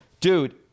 Dude